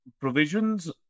provisions